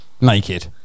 naked